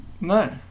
No